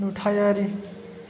नुथायारि